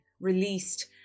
released